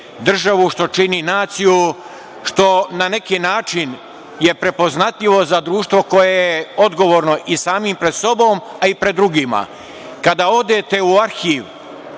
državu, što čini naciju, što na neki način je prepoznatljivo za društvo koje je odgovorno i samim pred sobom, a i pred drugima. Kada odete u Arhiv